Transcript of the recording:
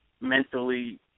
mentally